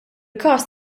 każ